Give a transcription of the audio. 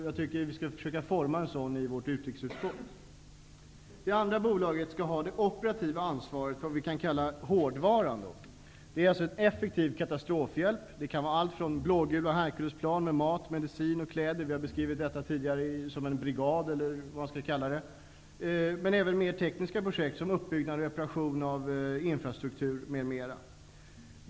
Jag tycker att vi skall försöka forma en sådan politik i vårt utrikesutskott. Det andra bolaget skulle ha det operativa ansvaret för hårdvaran, en effektiv katastrofhjälp. Det kan vara allt från blågula Herculesplan med mat, medicin och kläder -- vi har beskrivit detta tidigare såsom en brigad eller liknande -- till mer tekniska projekt såsom uppbyggnad och reparation av infrastruktur m.m.